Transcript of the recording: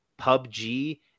PUBG